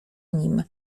nim